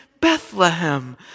Bethlehem